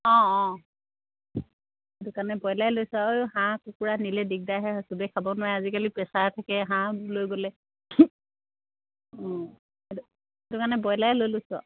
অঁ অঁ সেইটো কাৰণে ব্ৰইলাৰেই লৈছোঁ আৰু হাঁহ কুকুৰা নিলে দিগদাৰহে হয় চবেই খাব নোৱাৰে আজিকালি প্ৰেচাৰ থাকে হাঁহ লৈ গ'লে অঁ সেইটো সেইটো কাৰণে ব্ৰইলাৰেই লৈ লৈছোঁ আৰু